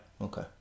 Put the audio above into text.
Okay